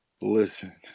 Listen